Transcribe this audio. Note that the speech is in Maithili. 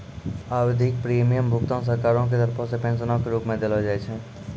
आवधिक प्रीमियम भुगतान सरकारो के तरफो से पेंशनो के रुप मे देलो जाय छै